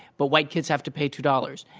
but white kids have to pay two dollars.